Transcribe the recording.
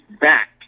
back